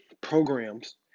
programs